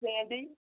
Sandy